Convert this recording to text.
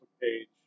page